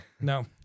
no